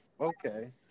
okay